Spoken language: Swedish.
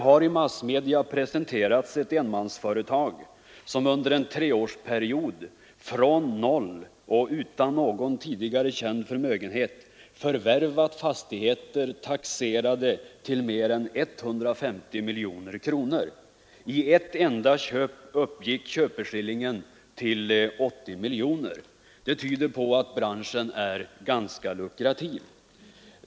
I massmedia har presenterats ett enmansföretag som under en treårsperiod, från noll och utan någon tidigare känd förmögenhet, förvärvat fastigheter taxerade till mer än 150 miljoner kronor. I ett enda köp uppgick köpeskillingen till 80 miljoner kronor. Det tyder på att branschen är ganska lukrativ.